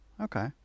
okay